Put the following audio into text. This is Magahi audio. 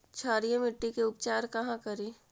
क्षारीय मिट्टी के उपचार कहा करी?